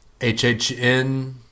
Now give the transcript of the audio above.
hhn